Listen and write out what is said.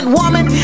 woman